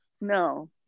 No